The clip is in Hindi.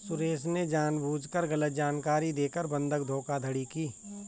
सुरेश ने जानबूझकर गलत जानकारी देकर बंधक धोखाधड़ी की